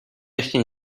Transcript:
ještě